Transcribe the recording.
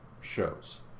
shows